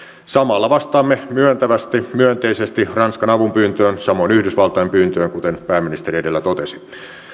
samalla vastaamme myönteisesti myönteisesti ranskan avunpyyntöön samoin yhdysvaltain pyyntöön kuten pääministeri edellä totesi